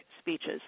speeches